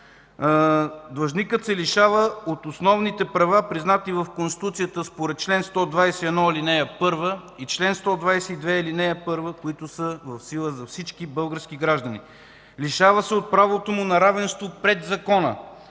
длъжникът се лишава от основните права, признати в Конституцията според чл. 121, ал. 1 и чл. 122, ал. 1, които са в сила за всички български граждани, лишава се от правото му на равенство пред закона